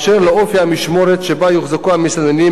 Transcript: באשר לאופי המשמורת שבה יוחזקו המסתננים,